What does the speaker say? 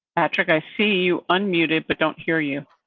patrick, i see you unmuted, but don't hear you.